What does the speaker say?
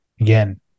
again